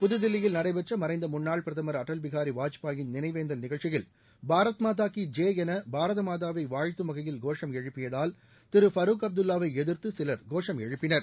புதுதில்லியில் நடைபெற்ற மறைந்த முன்னாள் பிரதம் அடல் பிகாரி வாஜ்பாயின் நினைவேந்தல் நிகழ்ச்சியில் பாரத் மாதாகீ ஜெ என பாரத மாதாவை வாழ்த்தும் வகையில் கோஷம் எழுப்பியதால் திரு பரூக் அப்துல்லாவை எதிர்த்து சிலர் கோஷம் எழுப்பினர்